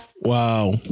Wow